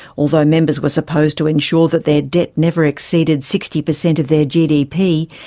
although members were supposed to ensure that their debt never exceeded sixty per cent of their gdp,